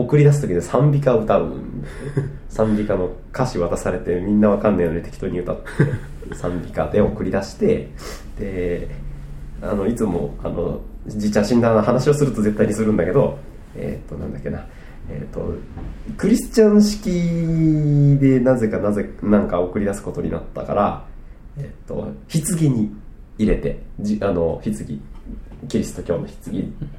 送り出す時で賛美歌を歌うんだよね。 賛美歌の歌詞渡されて、みんなわかんないよね、適当に歌って。 賛美歌で送り出して、で、あの、いつも、あの、じいちゃん死んだ話をすると絶対にするんだけど、えーと、なんだっけな。えーと、クリスチャン式でなぜかなぜかなんか送り出すことになったから、えーと、棺に入れて、じ- あの、棺。キリスト教の棺。